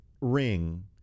ring